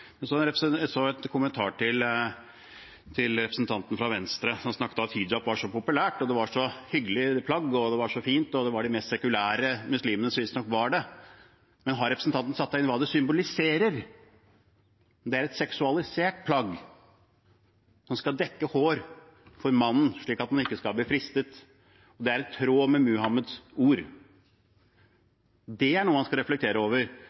Så en kommentar til representanten fra Venstre som snakket om at hijab var så populært, at det var et så hyggelig plagg, at det var så fint, og at det visstnok var de mest sekulære muslimene som bar det. Har representanten satt seg inn i hva det symboliserer? Det er et seksualisert plagg som skal dekke håret for mannen, slik at han ikke skal bli fristet, og det er i tråd med Muhammeds ord. Det er noe man bør reflektere over.